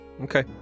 Okay